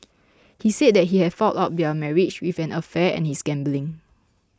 he said that he had fouled up their marriage with an affair and his gambling